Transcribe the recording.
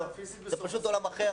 זה פשוט עולם אחר.